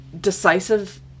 decisive